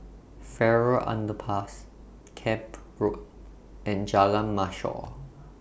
Farrer Underpass Camp Road and Jalan Mashhor